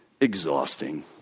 Exhausting